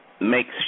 makes